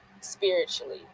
spiritually